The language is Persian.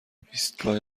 ایستگاه